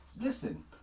Listen